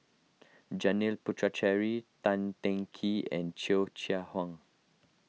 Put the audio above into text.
Janil Puthucheary Tan Teng Kee and Cheo Chai Hiang